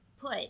put